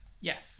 Yes